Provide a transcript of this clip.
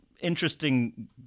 interesting